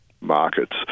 markets